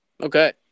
Okay